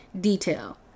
detail